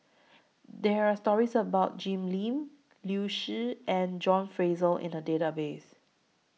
There Are stories about Jim Lim Liu Si and John Fraser in The Database